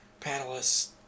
panelists